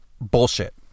bullshit